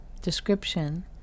description